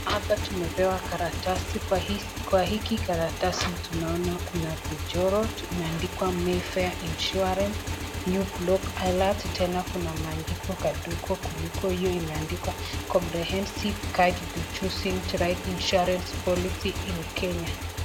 Hapa tumepewa karatasi kwa hiki karatasi, tumeona Kuna mchoro imeandikwa Mayfair Insurance, new block alert . Tena Kuna maandiko kidogo kuliki hiyo imeandikwa comprehensive guide to choosing the right insurance policy in kenya .